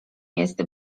jest